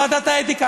ועדת האתיקה.